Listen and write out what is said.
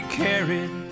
carried